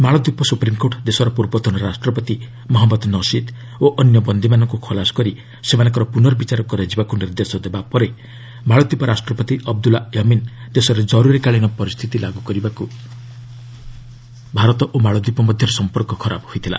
ମାଳଦୀପ ସୁପ୍ରିମ୍କୋର୍ଟ ଦେଶର ପୂର୍ବତନ ରାଷ୍ଟ୍ରପତି ମହମ୍ମଦ ନସିଦ୍ ଓ ଅନ୍ୟ ବନ୍ଦୀମାନଙ୍କୁ ଖଲାସ କରି ସେମାନଙ୍କର ପୁନର୍ବଚାର କରାଯିବାକୁ ନିର୍ଦ୍ଦେଶ ଦେବା ପରେ ମାଳଦୀପ ରାଷ୍ଟ୍ରପତି ଅବଦୁଲ୍ଲା ୟମିନ୍ ଦେଶରେ କରୁରୀକାଳୀନ ପରିସ୍ଥିତି ଲାଗୁ କରିବାରୁ ଭାରତ ଓ ମାଳଦୀପ ମଧ୍ୟରେ ସମ୍ପର୍କ ଖରାପ ହୋଇଥିଲା